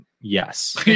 yes